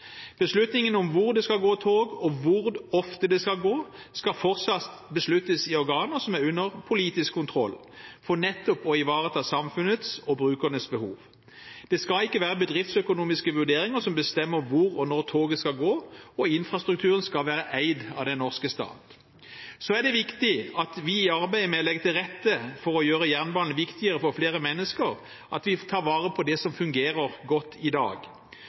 Beslutningen om hvor det skal gå tog, og hvor ofte det skal gå, skal fortsatt tas i organer som er under politisk kontroll, for nettopp å ivareta samfunnets og brukernes behov. Det skal ikke være bedriftsøkonomiske vurderinger som bestemmer hvor og når toget skal gå, og infrastrukturen skal være eid av den norske stat. Så er det viktig at vi i arbeidet med å legge til rette for å gjøre jernbanen viktigere for flere mennesker tar vare på det som fungerer godt i dag.